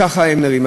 ככה הם נראים.